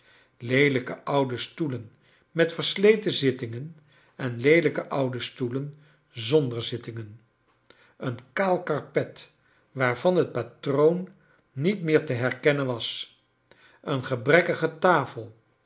leelijke oude stoeleu met versleten zittingen en leelijke oude stoelen zonder zittingen een kaal karpet waarvan het patroon niet meer te herkennen was een gebrekkige tafelj